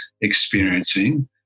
experiencing